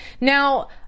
Now